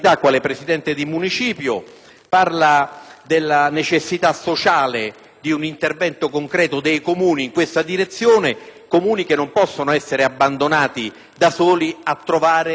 parla della necessità sociale di un intervento concreto dei Comuni in questa direzione, i quali non possono essere abbandonati da soli a trovare soluzione al problema.